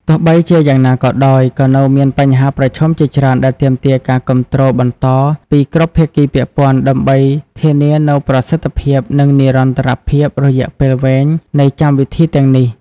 ទោះបីជាយ៉ាងណាក៏ដោយ ក៏នៅមានបញ្ហាប្រឈមជាច្រើនដែលទាមទារការគាំទ្របន្តពីគ្រប់ភាគីពាក់ព័ន្ធ ដើម្បីធានានូវប្រសិទ្ធភាព និងនិរន្តរភាពរយៈពេលវែងនៃកម្មវិធីទាំងនេះ។